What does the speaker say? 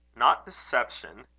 not deception?